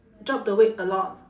drop the weight a lot